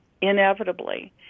inevitably